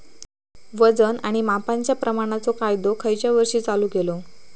वजन आणि मापांच्या प्रमाणाचो कायदो खयच्या वर्षी चालू केलो?